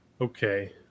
okay